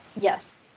Yes